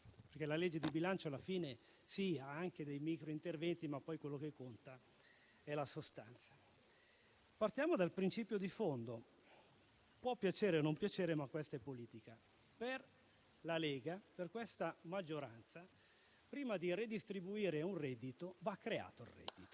La legge di bilancio contiene anche dei micro-interventi, ma poi quello che conta è la sostanza. Partiamo dal principio di fondo: può piacere o meno, ma questa è politica. Per la Lega, per questa maggioranza, prima di redistribuire un reddito, il reddito